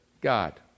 God